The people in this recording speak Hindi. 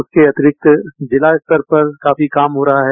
इसके अतिरिक्त जिला स्तर पर काफी काम हो रहा है